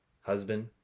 husband